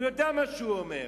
הוא יודע מה שהוא אומר,